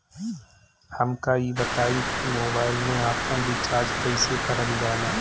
हमका ई बताई कि मोबाईल में आपन रिचार्ज कईसे करल जाला?